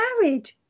married